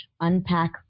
unpack